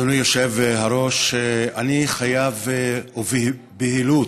אדוני היושב-ראש, אני חייב בבהילות